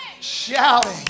shouting